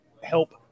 help